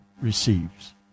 receives